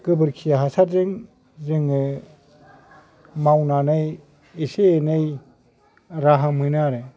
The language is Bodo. गोबोरखि हासारजों जोङो मावनानै एसे एनै राहा मोनो आरो